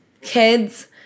kids